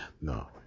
no